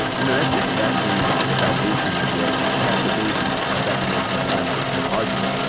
you know, that's exactly the foundation of what pastor baity back in north carolina is kinda arguing.